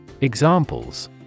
Examples